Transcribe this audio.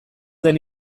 den